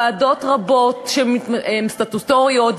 ועדות רבות שהן סטטוטוריות,